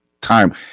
time